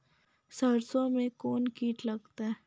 सरसों मे कौन कीट लगता हैं?